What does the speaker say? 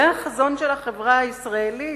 זה החזון של החברה הישראלית?